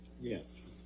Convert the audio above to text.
Yes